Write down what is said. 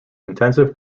intensive